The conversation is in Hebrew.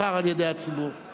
נבחר על-ידי הציבור.